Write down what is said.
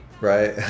right